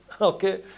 Okay